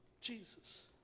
Jesus